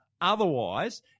Otherwise